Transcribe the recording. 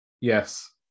Yes